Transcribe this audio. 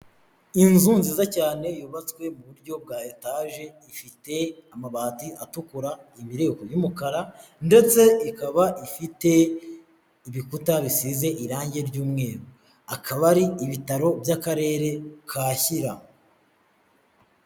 Inzu nziza cyane yubatswe mu buryo bwa etaje, ifite amabati atukura, imireko y'umukara ndetse ikaba ifite ibikuta bisize irangi ry'umweru. Akaba ari ibitaro by'akarere ka Shyira.